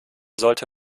sollte